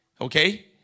Okay